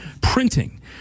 Printing